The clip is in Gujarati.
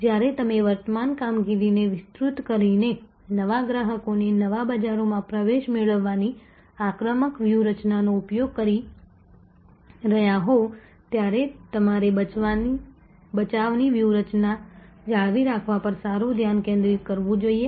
જ્યારે તમે વર્તમાન કામગીરીને વિસ્તૃત કરીને નવા ગ્રાહકોને નવા બજારોમાં પ્રવેશ મેળવવાની આક્રમક વ્યૂહરચનાનો ઉપયોગ કરી રહ્યાં હોવ ત્યારે તમારે બચાવની વ્યૂહરચના જાળવી રાખવા પર સારું ધ્યાન કેન્દ્રિત કરવું જોઈએ